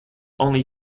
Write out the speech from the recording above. only